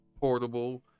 portable